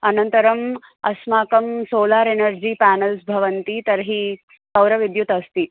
अनन्तरम् अस्माकं solar energy panels भवन्ति तर्हि सौरविद्युत् अस्ति